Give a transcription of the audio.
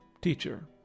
teacher